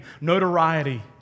notoriety